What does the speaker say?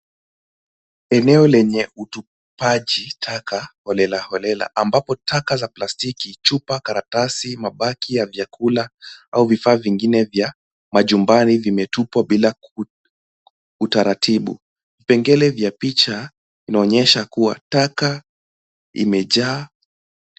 Eneo lenye utupaji taka holelaholela ambapo taka za plastiki, chupa, karatasi, mabaki ya vyakula au vifaa vingine vya majumbani vimetupwa bila utaratibu. Vipengele vya picha vinaonyesha kuwa taka imejaa.